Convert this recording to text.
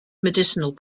medicinal